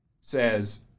says